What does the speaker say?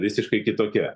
visiškai kitokia